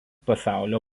pasaulio